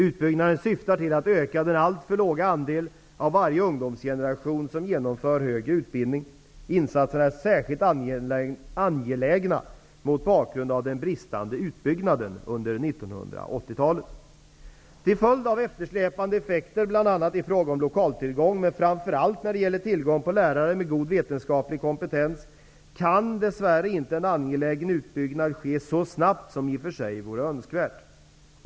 Utbyggnaden syftar till att öka den alltför låga andel av varje ungdomsgeneration som genomför högre utbildning. Insatserna är särskilt angelägna mot bakgrund av den bristande utbyggnaden under 1980-talet. Till följd av eftersläpande effekter bl.a. i fråga om lokaltillgång, men framför allt när det gäller tillgång på lärare med god vetenskaplig kompetens, kan inte en angelägen utbyggnad ske så snabbt som i och för sig vore önskvärt.